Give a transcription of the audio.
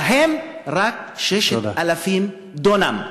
יש להם רק 6,000 דונם -- תודה.